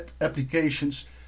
applications